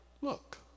look